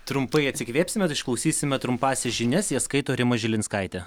trumpai atsikvėpsime tai išklausysime trumpąsias žinias jas skaito rima žilinskaitė